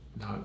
no